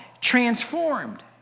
transformed